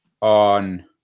On